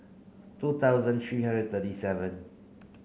two thousand three hundred thirty seven